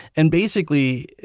and, basically,